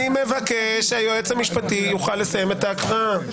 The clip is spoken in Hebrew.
אני מבקש שהיועץ המשפטי יוכל לסיים את ההקראה.